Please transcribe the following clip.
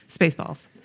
Spaceballs